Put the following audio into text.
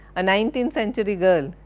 a nineteenth century girl,